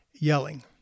yelling